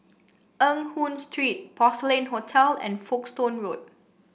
Eng Hoon Street Porcelain Hotel and Folkestone Road